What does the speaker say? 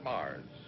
Mars